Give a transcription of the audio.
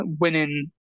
winning